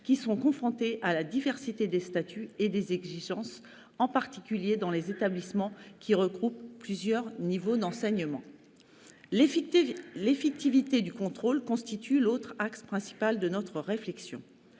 qui sont confrontés à la diversité des statuts et des exigences, en particulier dans les établissements regroupant plusieurs niveaux d'enseignement. Second axe principal de notre réflexion